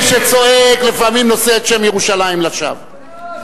מי שצועק לפעמים נושא את שם ירושלים לשווא.